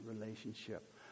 relationship